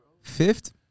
Fifth